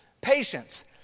patience